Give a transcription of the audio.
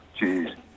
Jeez